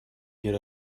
get